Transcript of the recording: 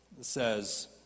says